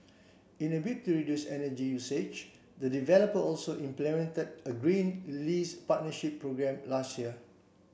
in a bid to reduce energy usage the developer also implemented a green lease partnership programme last year